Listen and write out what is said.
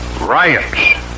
Riots